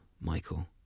Michael